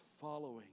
following